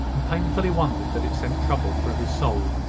and painfully wondered that it sent trouble through his soul.